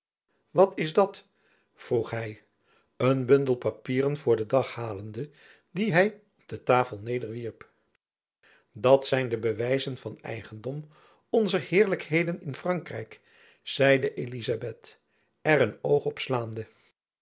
wat is dat vroeg hy een bundel papieren voor den dag halende dien hy op tafel nederwierp dat zijn de bewijzen van eigendom onzer heerlijkheden in frankrijk zeide elizabeth er een oog op slaande